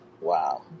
Wow